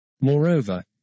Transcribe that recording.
Moreover